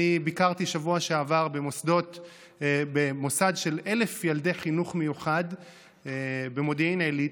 אני ביקרתי בשבוע שעבר במוסד של 1,000 ילדי חינוך מיוחד במודיעין עילית,